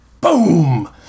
Boom